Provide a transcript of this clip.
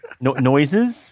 noises